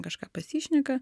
kažką pasišneka